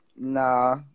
Nah